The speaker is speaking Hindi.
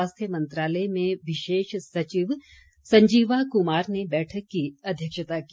स्वास्थ्य मंत्रालय में विशेष सचिव संजीवा कुमार ने बैठक की अध्यक्षता की